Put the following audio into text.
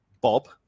Bob